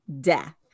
death